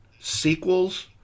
sequels